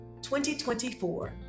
2024